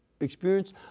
experience